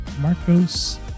Marcos